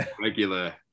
regular